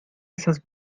esas